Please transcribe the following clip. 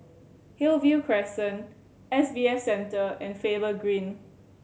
Hillview Crescent S B A Centre and Faber Green